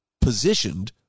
positioned